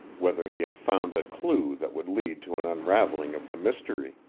whether he had found a clew that would lead to an unraveling of the mystery.